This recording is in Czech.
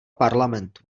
parlamentu